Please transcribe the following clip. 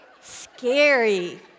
Scary